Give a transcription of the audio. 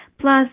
Plus